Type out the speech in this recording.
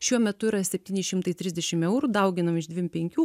šiuo metu yra septyni šimtai trisdešim eurų dauginam iš dvim penkių